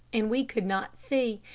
and we could not see,